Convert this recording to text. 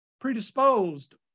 predisposed